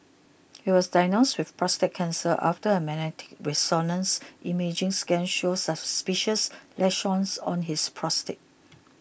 he was diagnosed with prostate cancer after a magnetic resonance imaging scan showed suspicious lesions on his prostate